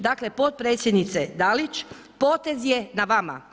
Dakle potpredsjednice Dalić, potez je na vama.